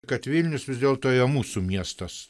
kad vilnius vis dėlto yra mūsų miestas